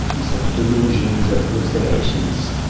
we suffer delusions and hallucinations,